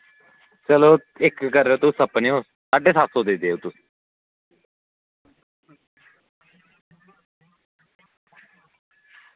चलो इक्क करेओ तुस अपने साढ़े सत्त सौ रपेआ देई ओड़ेओ